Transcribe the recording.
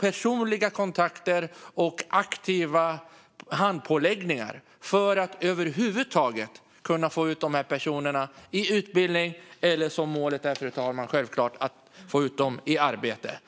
personlig kontakt och aktiv handläggning för att dessa personer ska komma i utbildning eller, vilket målet självklart är, i arbete.